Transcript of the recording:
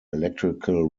electrical